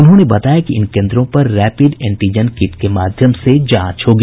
उन्होंने बताया कि इन केन्द्रों पर रैपिड एंटीजन किट के माध्यम से जांच होगी